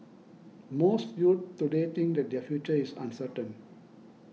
most youths today think that their future is uncertain